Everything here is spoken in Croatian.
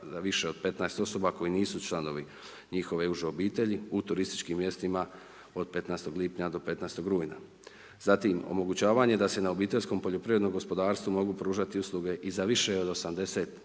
više od 15 osoba koji nisu članovi njihove uže obitelji u turističkim mjestima od 15. lipnja do 15. rujna. Zatim, omogućavanje da se na obiteljskom poljoprivrednom gospodarstvu mogu pružati usluge i za više od 80